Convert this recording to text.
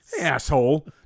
Asshole